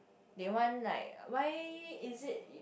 they want like why is it